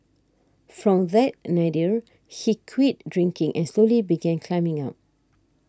from that nadir he quit drinking and slowly began climbing up